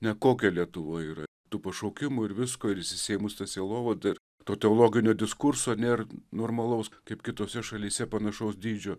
ne kokia lietuvoj yra tų pašaukimų ir visko ir išsisėmus ta sielovada ir to teologinio diskurso nėr normalaus kaip kitose šalyse panašaus dydžio